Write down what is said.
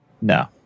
No